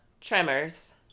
Tremors